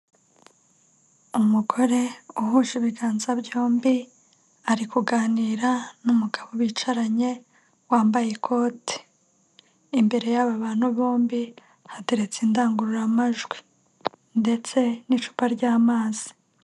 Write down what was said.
Umugore uhuje ibiganza byombi ari kuganira n'umugabo, bicaranye wambaye ikote, imbere y'aba bantu bombi hateretse indangururamajwi, ndetse n'icupa ry'amazi.